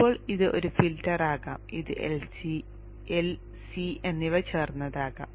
ഇപ്പോൾ ഇതൊരു ഫിൽട്ടർ ആകാം ഇത് L C എന്നിവ ചേർന്നതാകാം